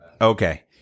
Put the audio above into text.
Okay